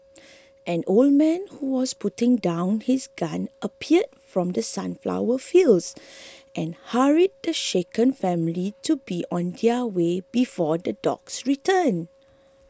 an old man who was putting down his gun appeared from the sunflower fields and hurried the shaken family to be on their way before the dogs return